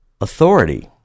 authority